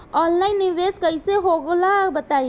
Online निवेस कइसे होला बताईं?